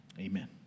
amen